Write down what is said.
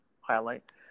highlight